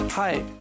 Hi